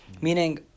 Meaning